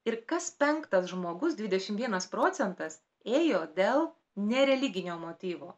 ir kas penktas žmogus dvidešimt vienas procentas ėjo dėl nereliginio motyvo